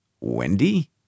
Wendy